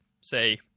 say